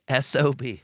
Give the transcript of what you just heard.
SOB